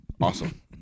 Awesome